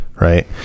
right